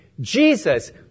Jesus